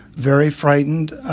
very frightened.